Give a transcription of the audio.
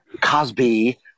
Cosby